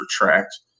retract